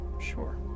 Sure